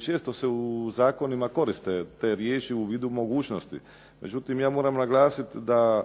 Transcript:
često se u zakonima koriste te riječi u vidu mogućnosti, međutim ja moram naglasiti da